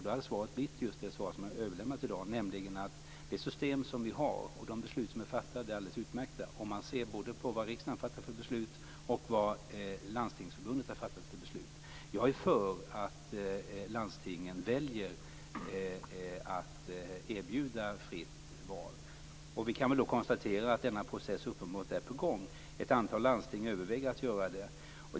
Då hade svaret blivit just det svar som jag i dag har överlämnat, nämligen att det system som vi har och de beslut som är fattade är alldeles utmärkta sett både till vad riksdagen fattat för beslut och till vad Landstingsförbundet har fattat för beslut. Jag är för att landstingen väljer att erbjuda fritt val. Vi kan väl konstatera att denna process uppenbarligen är på gång. Ett antal landsting överväger att göra detta.